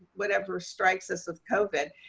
whatever strikes us of covid,